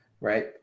right